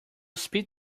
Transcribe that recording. speech